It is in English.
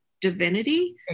divinity